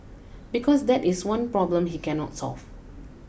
because that is the one problem he cannot solve